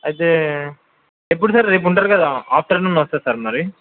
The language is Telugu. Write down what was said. అయితే ఎప్పుడు సార్ రేపు ఉంటారు కదా ఆఫ్టర్నూన్ వస్తాను సార్ మరి